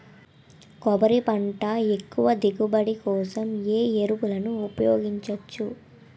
కొబ్బరి పంట ఎక్కువ దిగుబడి కోసం ఏ ఏ ఎరువులను ఉపయోగించచ్చు?